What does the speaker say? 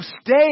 stay